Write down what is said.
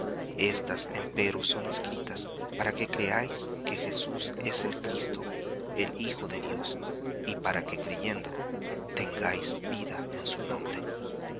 estas empero son escritas para que creáis que jesús es el cristo el hijo de dios y para que creyendo tengáis vida en su nombre